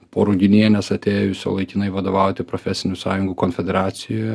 po ruginienės atėjusio laikinai vadovauti profesinių sąjungų konfederacijoje